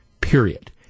period